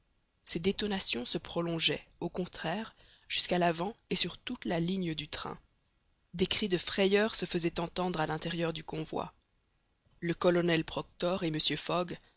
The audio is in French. ces détonations se prolongeaient au contraire jusqu'à l'avant et sur toute la ligne du train des cris de frayeur se faisaient entendre à l'intérieur du convoi le colonel proctor et mr fogg